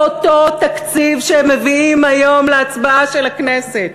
באותו תקציב שהם מביאים היום להצבעה של הכנסת,